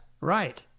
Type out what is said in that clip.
right